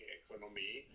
economy